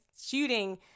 shooting –